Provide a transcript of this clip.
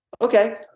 Okay